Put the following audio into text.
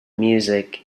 music